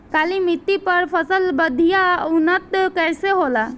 काली मिट्टी पर फसल बढ़िया उन्नत कैसे होला?